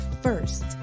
First